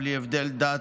בלי הבדל דת,